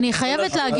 לא הבנתי.